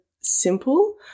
simple